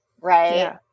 right